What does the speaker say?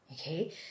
Okay